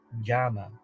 Jama